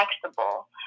flexible